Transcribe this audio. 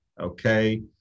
okay